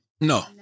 No